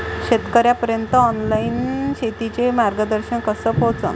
शेतकर्याइपर्यंत ऑनलाईन शेतीचं मार्गदर्शन कस पोहोचन?